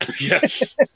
yes